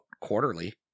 quarterly